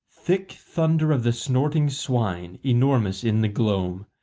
thick thunder of the snorting swine, enormous in the gloam,